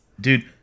Dude